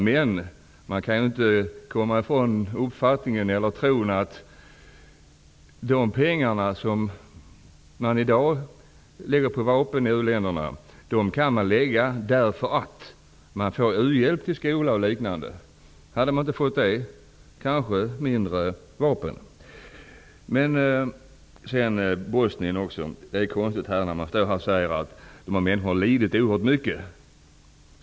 Men vi kan inte komma ifrån tron att de pengar som i dag läggs på vapen i u-länderna kan läggas där, därför att man får u-hjälp till skolor och liknande. Om man inte hade fått det, hade man kanske köpt mindre vapen. Vi står här och säger att människorna från Bosnien har lidit oerhört mycket.